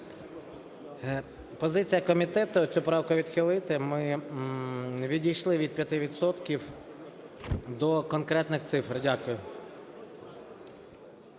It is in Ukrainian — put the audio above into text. Позиція комітету цю правку відхилити. Ми відійшли від 5 відсотків до конкретних цифр. Дякую.